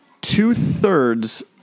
Two-thirds